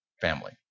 family